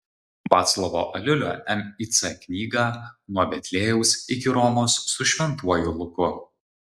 vaclovo aliulio mic knygą nuo betliejaus iki romos su šventuoju luku